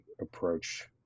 approach